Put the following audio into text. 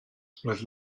roedd